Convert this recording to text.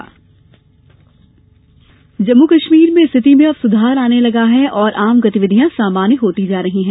जे and केरूस जम्मू कश्मीर में स्थिति में अब सुधार आने लगा है और आम गतिविधियां सामान्य होता जा रहा है